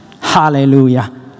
Hallelujah